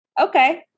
Okay